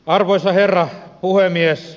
arvoisa herra puhemies